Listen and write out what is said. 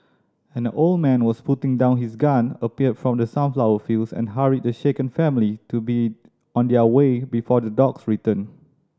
and old man was putting down his gun appeared from the sunflower fields and hurried the shaken family to be on their way before the dogs return